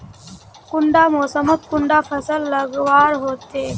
कुंडा मोसमोत कुंडा फसल लगवार होते?